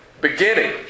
beginning